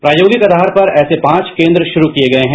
प्रायोगिक आधार पर ऐसे पांच केन्द्र शुरू कर दिए गए हैं